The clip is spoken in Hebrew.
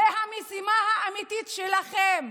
זו המשימה האמיתית שלכם.